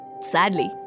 Sadly